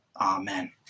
Amen